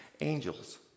angels